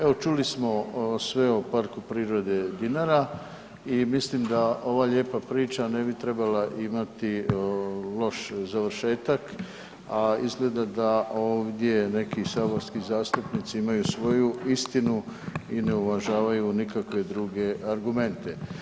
Evo čuli smo sve o Parku prirode Dinara i mislim da ova lijepa priča ne bi trebala imati loš završetak, a izgleda da ovdje neki saborski zastupnici imaju svoju istinu i ne uvažavaju nikakve druge argumente.